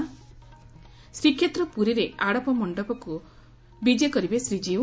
ଶ୍ରୀକ୍ଷେତ୍ର ପୁରୀରେ ଆଡ଼ପ ମଣ୍ଡପକୁ ବିଜେ କରିବେ ଶ୍ରୀଜୀଉ